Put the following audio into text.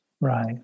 Right